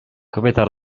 kobieta